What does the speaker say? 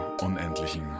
unendlichen